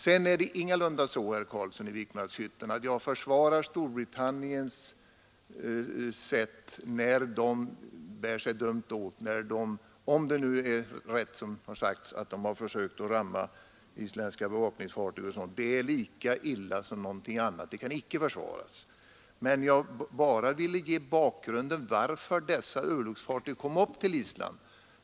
Det är ingalunda så, herr Carlsson i Vikmanshyttan, att jag försvarar Storbritanniens sätt när det bär sig dumt åt — när det, om det nu är rätt som det har sagts, har försökt att ramma isländska bevakningsfartyg. Det är lika illa som någonting annat. Det kan icke försvaras. Jag ville bara ge bakgrunden till varför dessa örlogsfartyg kom upp till Island.